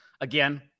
Again